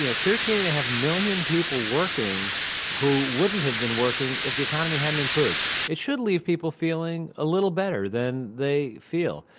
you know thirteen and a half million people working who wouldn't have been working if the economy hadn't improved. it should leave people feeling a little better than they feel.